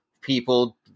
people